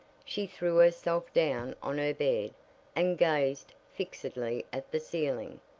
she threw herself down on her bed and gazed fixedly at the ceiling,